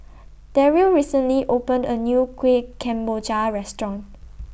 Darryl recently opened A New Kueh Kemboja Restaurant